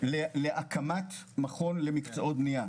הממשלה להקמת מכון למקצועות בנייה.